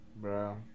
Bro